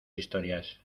historias